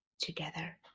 together